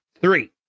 Three